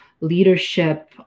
leadership